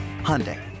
Hyundai